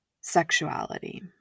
sexuality